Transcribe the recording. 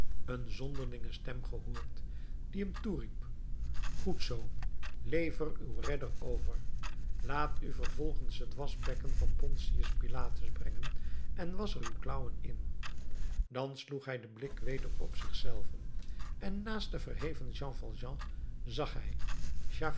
een zonderlinge stem gehoord die hem toeriep goed zoo lever uw redder over laat u vervolgens het waschbekken van pontius pilatus brengen en wasch er uw klauwen in dan sloeg hij den blik weder op zich zelven en naast den verheven jean valjean zag hij